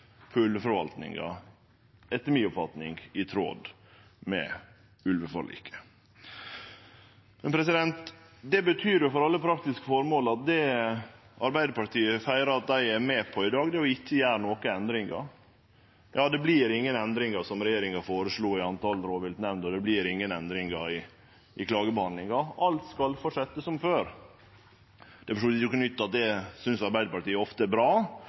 i tråd med ulveforliket. Det betyr for alle praktiske formål at det Arbeidarpartiet feirar at dei er med på i dag, er å ikkje gjere nokon endringar. Det vert ingen endringar, som regjeringa føreslo, i talet på rovviltnemnder, og det vert ingen endringar i klagebehandlinga. Alt skal fortsetje som før. Det er for så vidt ikkje noko nytt at Arbeidarpartiet ofte synest at det er bra